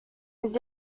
his